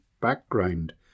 background